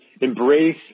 embrace